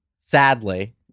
sadly